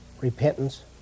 repentance